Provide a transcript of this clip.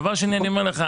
דבר שני אני אומר לך,